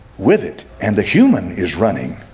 with it and the human is running